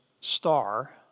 star